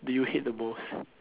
do you hate the most